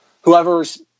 whoever's